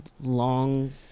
long